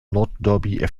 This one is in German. nordderby